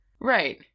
Right